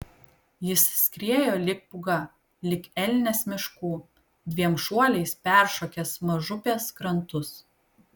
jis skriejo lyg pūga lyg elnias miškų dviem šuoliais peršokęs mažupės krantus